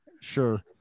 sure